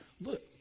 look